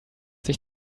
sich